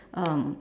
um